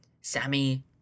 sammy